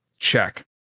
Check